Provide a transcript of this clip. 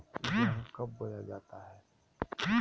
गेंहू कब बोया जाता हैं?